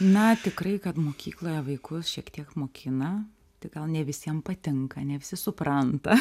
na tikrai kad mokykloje vaikus šiek tiek mokina tik gal ne visiem patinka ne visi supranta